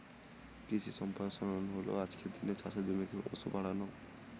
কৃষি সম্প্রসারণ হল আজকের দিনে চাষের জমিকে ক্রমশ বাড়ানো